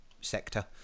sector